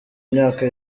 myaka